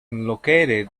located